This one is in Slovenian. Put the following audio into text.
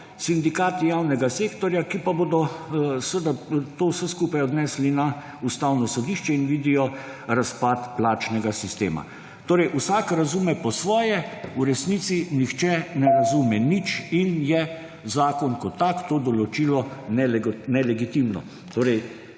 sindikati javnega sektorja, ki bodo to vse skupaj odnesli na Ustavno sodišče in vidijo razpad plačnega sistema. Torej vsak razume po svoje, v resnici nihče ne razume nič in je zakon kot tak oziroma to določilo je nelegitimno.